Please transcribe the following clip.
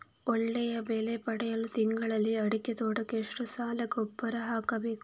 ಒಳ್ಳೆಯ ಬೆಲೆ ಪಡೆಯಲು ತಿಂಗಳಲ್ಲಿ ಅಡಿಕೆ ತೋಟಕ್ಕೆ ಎಷ್ಟು ಸಲ ಗೊಬ್ಬರ ಹಾಕಬೇಕು?